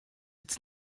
its